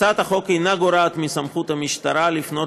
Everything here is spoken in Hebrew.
הצעת החוק אינה גורעת מסמכות המשטרה לפנות